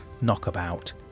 knockabout